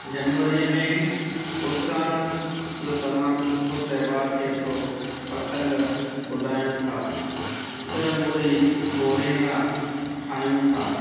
जनवरीअ में उत्तरायण जो तमामु सुठो त्योहारु थिए थो पतंग उॾायूं था तिरमूरी भोरींडा ठाहियूं था